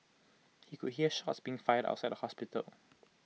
he could hear shots being fired outside the hospital